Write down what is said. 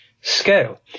scale